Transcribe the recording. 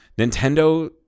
Nintendo